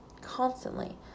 constantly